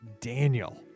Daniel